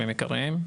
עיקריים: